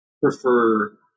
prefer